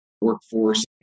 workforce